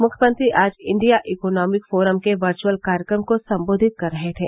मुख्यमंत्री आज India economic forum के वर्चअल कार्यक्रम को सम्बोधित कर रहे थे